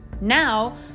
Now